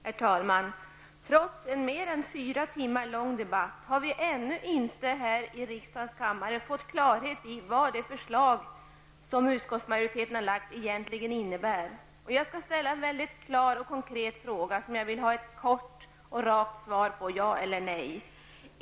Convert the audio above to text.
Herr talman! Trots en mer än fyra timmar lång debatt har vi ännu inte här i riksdagens kammare fått klarhet i vad de förslag som utskottsmajoriteten har lagt fram egentligen innebär. Jag skall ställa en väldigt klar och konkret fråga som jag vill ha ett kort och rakt svar på -- ja eller nej.